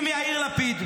אם יאיר לפיד,